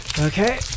Okay